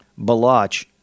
Baloch